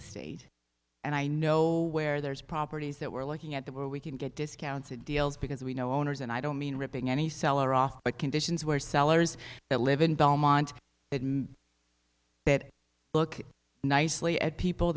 estate and i know where there's properties that we're looking at that where we can get discounted deals because we know owners and i don't mean ripping any seller off but conditions where sellers that live in belmont that look nicely at people